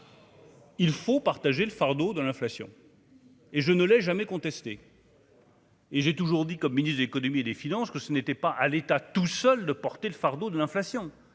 Il faut partager le fardeau de l'inflation. Et je ne l'ai jamais contesté. Et j'ai toujours dit comme ministre de l'Économie et des finances, que ce n'était pas à l'État tout seul de porter le fardeau de l'inflation,